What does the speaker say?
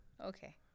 Okay